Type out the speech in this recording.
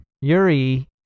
Yuri